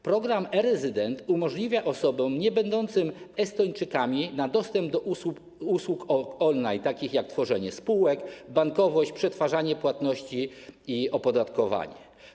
Program e-rezydent umożliwia osobom niebędącym Estończykami dostęp do usług on-line, takich jak tworzenie spółek, bankowość, przetwarzanie płatności i opodatkowanie.